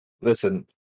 Listen